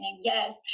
Yes